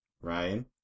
Ryan